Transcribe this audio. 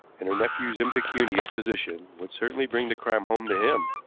and her nephew's impecunious position, would certainly bring the crime home to him.